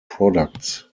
products